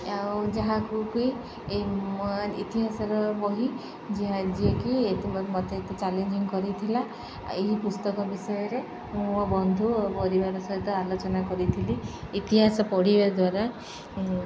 ଆଉ ଯାହାକୁ ବି ଏମୋ ଇତିହାସର ବହି ଯାହା ଯିଏକି ଏଥି ମତେ ଏତେ ଚ୍ୟାଲେଞ୍ଜିଂ କରିଥିଲା ଏହି ପୁସ୍ତକ ବିଷୟରେ ମୁଁ ମୋ ବନ୍ଧୁ ଓ ପରିବାର ସହିତ ଆଲୋଚନା କରିଥିଲି ଇତିହାସ ପଢ଼ିବା ଦ୍ୱାରା